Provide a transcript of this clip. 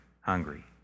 hungry